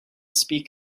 speak